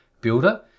builder